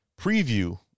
preview